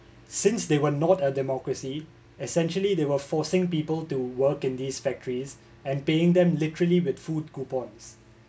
since they were not a democracy essentially they were forcing people to work in these factories and paying them literally with food coupons